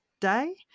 day